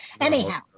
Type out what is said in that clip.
Anyhow